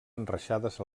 enreixades